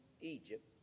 Egypt